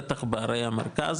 בטח בערי המרכז,